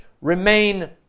remain